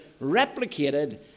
replicated